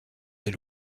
des